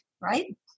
right